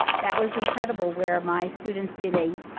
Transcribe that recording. that was incredible where my students did a